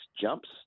jumps